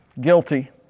guilty